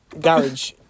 Garage